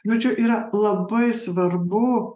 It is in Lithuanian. žodžiu yra labai svarbu